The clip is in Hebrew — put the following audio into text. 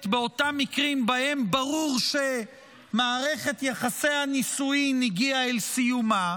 באותם מקרים שבהם ברור שמערכת יחסי הנישואים הגיעה אל סיומה,